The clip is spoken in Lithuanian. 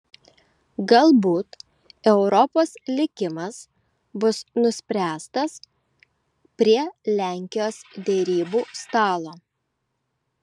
galbūt europos likimas bus nuspręstas prie lenkijos derybų stalo